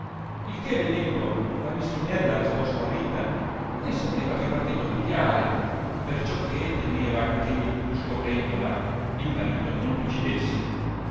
il che vedendo la meschinella restò smarrita né sapeva che partito pigliare perciò che temeva che scoprendola il marito non l'uccidesse